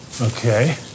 Okay